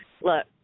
look